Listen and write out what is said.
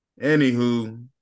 Anywho